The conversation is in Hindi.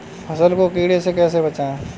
फसल को कीड़े से कैसे बचाएँ?